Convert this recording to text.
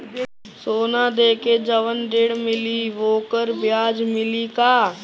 सोना देके जवन ऋण मिली वोकर ब्याज लगेला का?